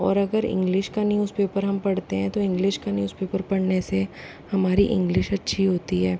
और अगर इंग्लिश का न्यूज़ पेपर हम पढ़ते हैं तो इंग्लिश का न्यूज़ पेपर पढ़ने से हमारी इंग्लिश अच्छी होती है